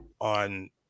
on